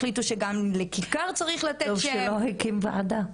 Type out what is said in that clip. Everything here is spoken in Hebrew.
החליטו שגם לכיכר צריך לתת שם--- טוב שלא הקים ועדה.